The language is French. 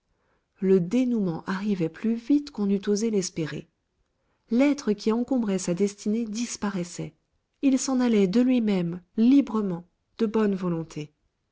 le dénouement arrivait plus vite qu'on n'eût osé l'espérer l'être qui encombrait sa destinée disparaissait il s'en allait de lui-même librement de bonne volonté